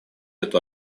эту